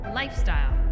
lifestyle